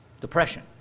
depression